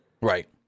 Right